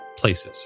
places